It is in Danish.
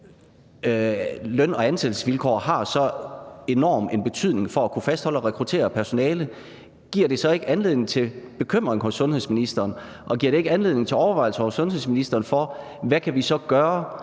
løn- og ansættelsesvilkår har så enorm en betydning for at kunne fastholde og rekruttere personale, giver det så ikke anledning til bekymring hos sundhedsministeren, og giver det ikke anledning til overvejelser hos sundhedsministeren om, hvad vi så kan